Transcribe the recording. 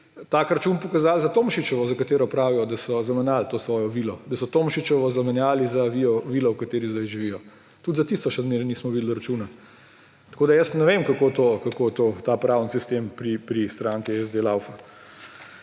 tak račun pokazali za Tomšičevo, za katero pravijo, da so zamenjali to svojo vilo, da so Tomšičevo zamenjali za vilo, v kateri zdaj živijo. Tudi za tisto še zmeraj nismo videli računa. Jaz ne vem, kako ta pravni sistem pri stranki SD